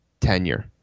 tenure